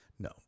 No